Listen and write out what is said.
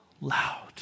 loud